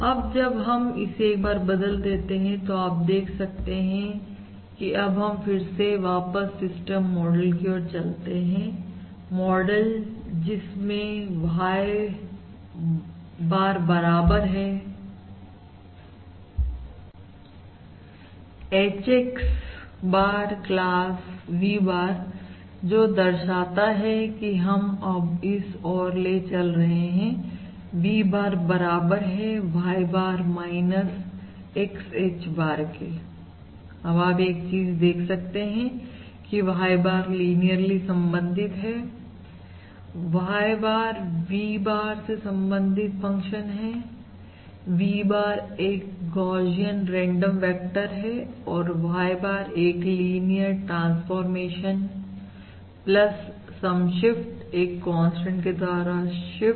अब जब हम इसे एक बार बदल देते हैं तो आप देख सकते हैं कि अब हम फिर से वापस सिस्टम मॉडल की ओर चलते हैं मॉडल जिसमें Y bar बराबर है HX bar class V barजो दर्शाता है कि हम अब इस ओर ले चल रहे हैं V bar बराबर है Y bar XH bar के अब आप एक चीज देख सकते हैं कि Y bar लिनियरली संबंधित है Y bar v Bar से संबंधित फंक्शन है V bar एक गौशियन रेंडम वेक्टर है और Y bar एक लिनियर ट्रांसफॉरमेशन सम शिफ्ट एक कांस्टेंट के द्वारा स्विफ्ट